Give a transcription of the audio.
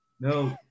No